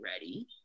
ready